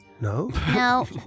No